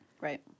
Right